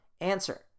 answer